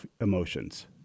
emotions